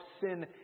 sin